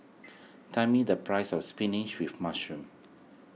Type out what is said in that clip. tell me the price of Spinach with Mushroom